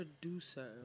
producer